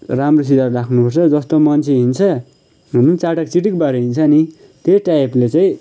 राम्रो सित राख्नु पर्छ जस्तो मान्छे हिँड्छ हुनु पनि चाटाकचिटिक् भएर हिँड्छ नि त्यही टाइपले चाहिँ